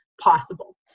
possible